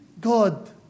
God